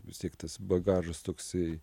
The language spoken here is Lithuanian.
vis tiek tas bagažas toksai